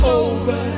over